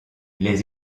les